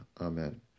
amen